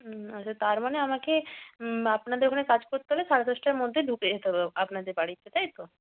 আচ্ছা তার মানে আমাকে আপনাদের ওখানে কাজ করতে হলে সাড়ে দশটার মধ্যে ঢুকে যেতে হবে আপনাদের বাড়িতে তাই তো